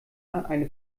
eine